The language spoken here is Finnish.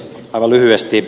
aivan lyhyesti